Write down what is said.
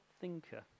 thinker